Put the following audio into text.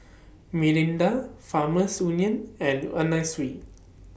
Mirinda Farmers Union and Anna Sui